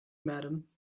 madam